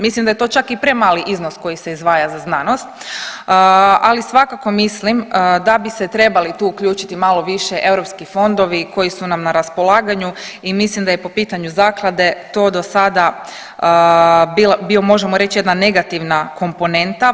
Mislim da je to čak i premali iznos koji se izdvaja za znanost, ali svakako mislim da bi se trebali tu uključiti malo više europski fondovi koji su nam na raspolaganju i mislim da je po pitanju zaklade to do sada bio možemo reći jedna negativna komponenta.